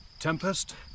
Tempest